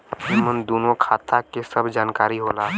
एमन दूनो खाता के सब जानकारी होला